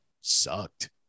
sucked